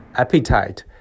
appetite